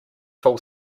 full